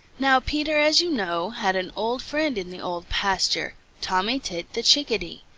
now peter, as you know, had an old friend in the old pasture, tommy tit the chickadee.